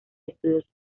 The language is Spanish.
estudios